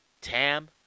Tam